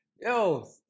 yo